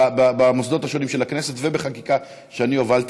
במוסדות השונים של הכנסת ובחקיקה שאני הובלתי.